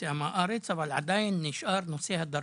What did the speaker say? יציאה מהארץ אבל עדיין נשאר נושא הדרכון.